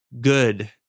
good